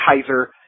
Kaiser